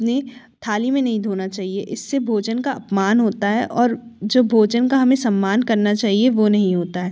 अपने थाली में नहीं धोना चाहिए इससे भोजन का अपमान होता है और जो भोजन का हमें सम्मान करना चाहिए वो नहीं होता है